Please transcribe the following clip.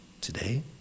today